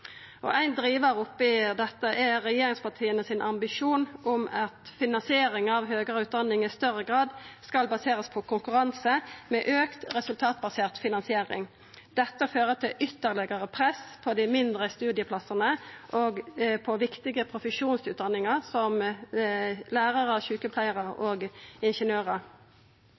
Ein drivar oppi dette er regjeringspartia sin ambisjon om at finansieringa av høgare utdanning i større grad skal basera seg på konkurranse, med auka resultatbasert finansiering. Dette fører til ytterlegare press på dei mindre studieplassane og på viktige profesjonsutdanningar som lærarar, sjukepleiarar og